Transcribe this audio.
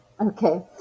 okay